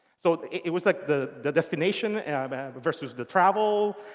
so it was like the the destination yeah but but versus the travel.